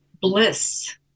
bliss